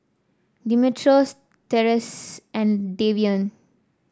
Dimitrios Therese and Davion